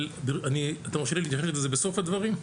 אבל אתה מרשה לי להתייחס לזה בסוף הדברים?